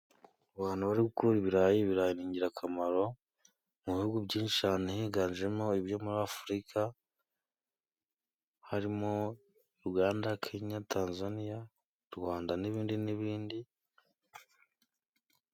Abantu bari gukura ibirayi，ibirayi ni ingirakamaro，mu bihugu byinshi higanjemo ibyo muri Afurika， harimo Uganda， Kenya， Tanzaniya， u Rwanda n'ibindi n'ibindi....